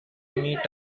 meet